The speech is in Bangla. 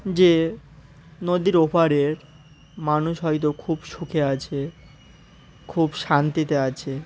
যে নদীর ওপারের মানুষ হয়তো খুব সুখে আছে খুব শান্তিতে আছে